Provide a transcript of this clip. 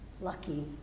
lucky